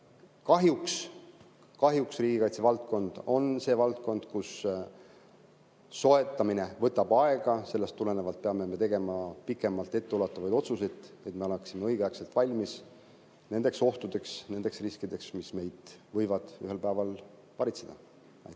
kahjuks riigikaitsevaldkond on see valdkond, kus soetamine võtab aega. Sellest tulenevalt peame me tegema pikemalt etteulatuvaid otsuseid, et me oleksime õigeaegselt valmis nendeks ohtudeks ja nendeks riskideks, mis meid võivad ühel päeval varitseda. Aitäh,